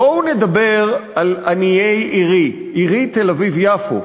בואו נדבר על עניי עירי, עירי תל-אביב יפו.